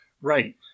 Right